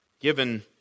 given